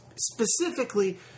Specifically